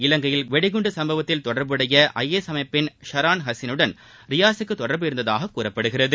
இலங்கையில் வெடிகுண்டு சம்பவத்தில் தொடர்புடைய ஐஎஸ் அமைப்பின் ஷாரன் ஹசினுடன் ரியாசுக்கு தொடர்பு இருந்ததாகக் கூறப்படுகிறது